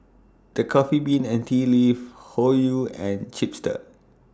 The Coffee Bean and Tea Leaf Hoyu and Chipster